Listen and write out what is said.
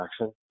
action